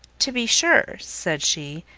to be sure, said she,